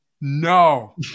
No